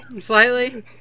Slightly